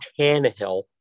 Tannehill